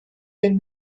been